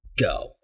go